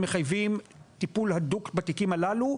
הם מחייבים טיפול הדוק בתיקים הללו,